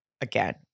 again